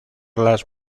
las